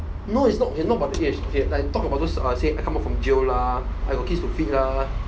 no it's not it's not about the age okay like talk about those let's say come out from those jail lah like got kids to feed lah